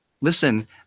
listen